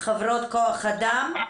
מחברות כוח אדם לדבר.